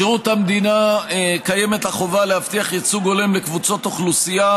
בשירות המדינה קיימת החובה להבטיח ייצוג הולם לקבוצות אוכלוסייה